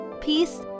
peace